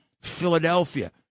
Philadelphia